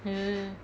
uh